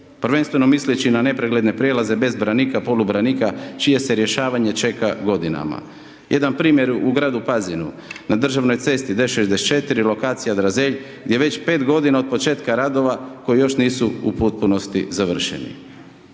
Prvenstveno misleći na nepregledne prelaze bez branika, polubranika, čije se rješavanje čeka godinama. Jedan primjer u gradu Pazinu, na državnoj cesti D66 lokacija Razelj, gdje već 5 g. od početka radova, koje još nisu u potpunosti završeni,